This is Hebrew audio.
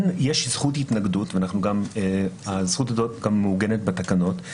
יש זכות התנגדות והזכות הזאת גם מעוגנת בתקנות,